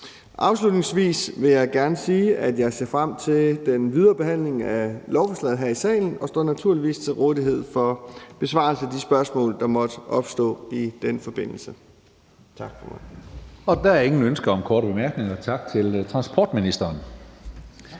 Afslutningsvis vil jeg gerne sige, at jeg ser frem til den videre behandling af lovforslaget her i salen og naturligvis står til rådighed for besvarelse af de spørgsmål, der måtte opstå i den forbindelse. Tak, formand. Kl. 20:11 Tredje næstformand (Karsten Hønge): Der er ingen ønsker om korte bemærkninger, så tak til transportministeren. Da